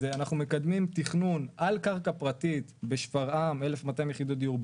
אנחנו מקדמים תכנון על קרקע פרטית בשפרעם 1,200 יחידות דיור,